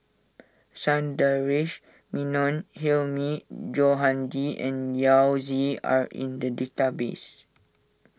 Sundaresh Menon Hilmi Johandi and Yao Zi are in the database